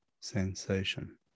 sensation